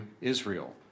Israel